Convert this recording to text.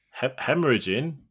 Hemorrhaging